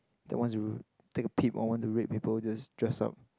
that wants to take a peep or to rape people just dress up